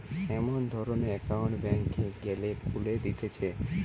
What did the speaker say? এমন ধরণের একউন্ট ব্যাংকে গ্যালে খুলে দিতেছে